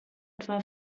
etwa